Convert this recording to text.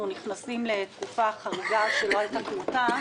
נכנסים לתקופה חריגה שלא הייתה כמותה.